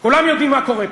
כולם יודעים מה קורה פה,